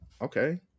Okay